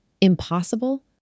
Impossible